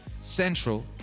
Central